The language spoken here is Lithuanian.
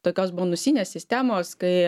tokios bonusinės sistemos kai